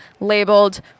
labeled